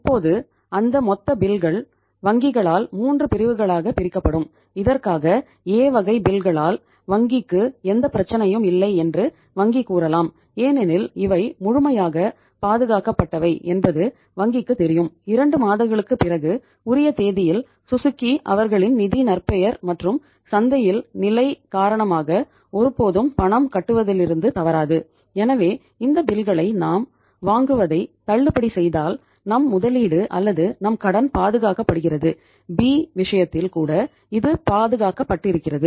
இப்போது அந்த மொத்த பில்கள் விஷயத்தில் கூட இது பாதுகாக்கப்பட்டிருக்கிறது